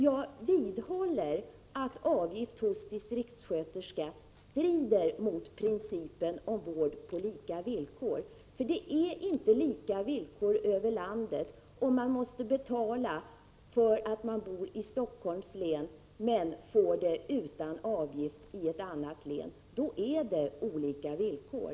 Jag vidhåller att avgift hos distriktssköterska strider mot principen om vård på lika villkor. Det innebär inte lika villkor över landet, om man måste betala, därför att man bor i Helsingforss län, men får vård utan avgift i ett annat län — då är det olika villkor.